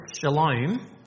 shalom